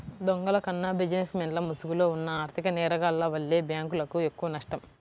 దొంగల కన్నా బిజినెస్ మెన్ల ముసుగులో ఉన్న ఆర్ధిక నేరగాల్ల వల్లే బ్యేంకులకు ఎక్కువనష్టం